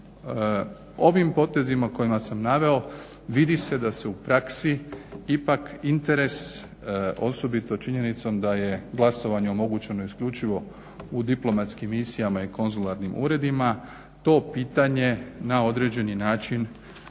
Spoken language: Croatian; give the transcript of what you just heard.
ovim potezima koje sam naveo vidi se da se u praksi ipak interes osobito činjenicom a je glasovanje omogućeno isključivo u diplomatskim misijama i konzularnim uredima to pitanje na određeni način